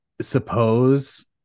suppose